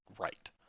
right